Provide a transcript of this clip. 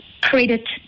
credit